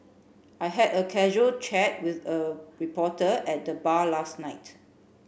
I had a casual chat with a reporter at the bar last night